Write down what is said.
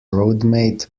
roadmate